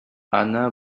anna